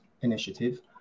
Initiative